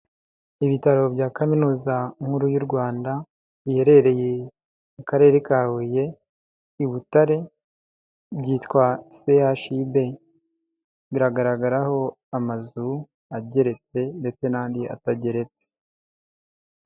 Ibitaro bya Kaminuza nkuru y'u Rwanda iherereye mu karere ka Huye i Butare byitwa CHUB, biragaragaraho amazu ageretse ndetse n'andi atageretse.